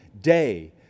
day